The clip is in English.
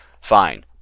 Fine